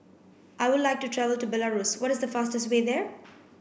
I would like to travel to Belarus what is the fastest way there